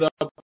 up